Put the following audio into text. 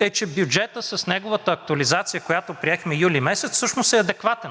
е, че бюджетът с неговата актуализация, която приехме месец юли, всъщност е адекватен.